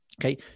Okay